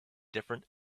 different